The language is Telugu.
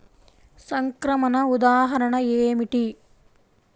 సంక్రమణ ఉదాహరణ ఏమిటి?